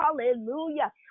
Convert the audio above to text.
hallelujah